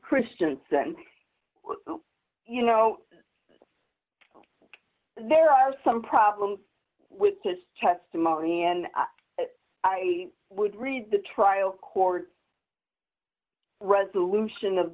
christiansen you know there are some problems with this testimony and i would read the trial court resolution of